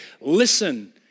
listen